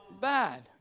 bad